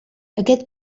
aquest